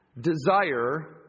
desire